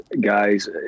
guys